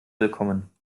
willkommen